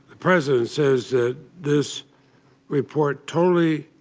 the president says that this report totally